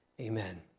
amen